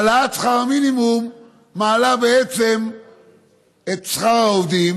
העלאת שכר המינימום מעלה בעצם את שכר העובדים,